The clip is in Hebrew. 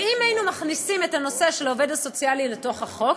ואם היינו מכניסים את הנושא של העובד הסוציאלי לתוך החוק,